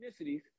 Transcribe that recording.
ethnicities